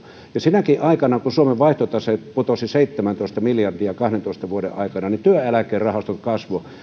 sinäkin aikana kun suomen vaihtotase putosi seitsemäntoista miljardia kahdentoista vuoden aikana työeläkerahastot kasvoivat